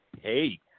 Hey